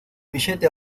billete